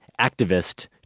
activist